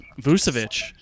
Vucevic